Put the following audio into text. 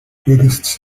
buddhists